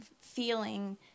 feeling